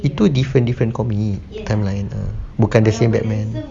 itu different different comic bukan lain ah bukan the same batman